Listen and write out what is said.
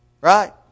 right